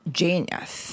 genius